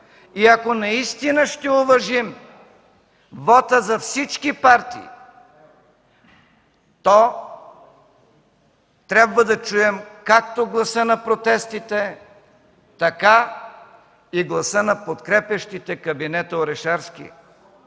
Ако наистина ще уважим вота за всички партии, то трябва да чуем както гласа на протестите, така и гласа на подкрепящите кабинета Орешарски.